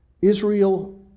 Israel